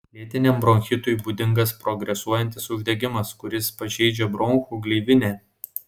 lėtiniam bronchitui būdingas progresuojantis uždegimas kuris pažeidžia bronchų gleivinę